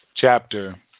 Chapter